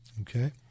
okay